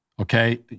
okay